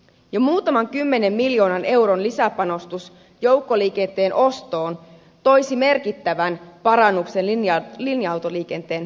jo muutaman kymmenen miljoonan euron lisäpanostus joukkoliikenteen ostoon toisi merkittävän parannuksen linja autoliikenteen parantamiseen